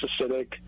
acidic